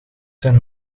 zijn